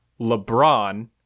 lebron